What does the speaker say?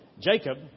Jacob